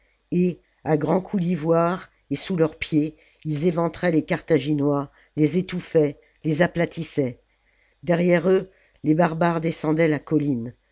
et à grands coups d'ivoire et sous leurs pieds ils éventraient les carthaginois les étouffaient les aplatissaient derrière eux les barbares descendaient la colline